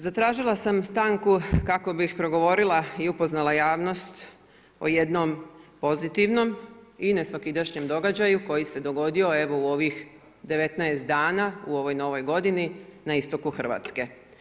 Zatražila sam stanku kako bih progovorila i upoznala javnost o jednom pozitivnom i nesvakidašnjem događaju koji se dogodio evo u ovih 19 dana u ovoj novoj godini na istoku Hrvatske.